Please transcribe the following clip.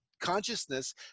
consciousness